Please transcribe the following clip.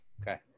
Okay